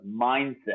mindset